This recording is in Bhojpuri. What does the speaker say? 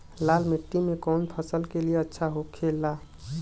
लाल मिट्टी कौन फसल के लिए अच्छा होखे ला?